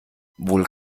wohl